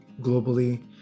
globally